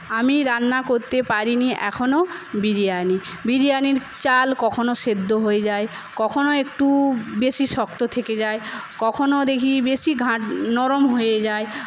আমি রান্না করতে পারিনি এখনও বিরিয়ানি বিরিয়ানির চাল কখনও সিদ্ধ হয়ে যায় কখনও একটু বেশি শক্ত থেকে যায় কখনও দেখি বেশি ঘাঁট নরম হয়ে যায়